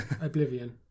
oblivion